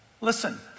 Listen